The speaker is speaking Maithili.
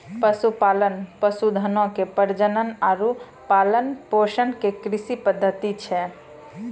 पशुपालन, पशुधनो के प्रजनन आरु पालन पोषण के कृषि पद्धति छै